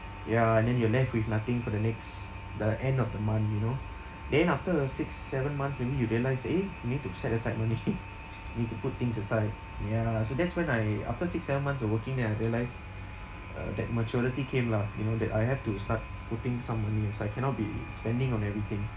ya and then you're left with nothing for the next the end of the month you know then after uh six seven months maybe you realised eh you need to set aside money you need to put things aside ya so that's when I after six seven months of working then I realised uh that maturity came lah you know that I have to start putting some money aside cannot be spending on everything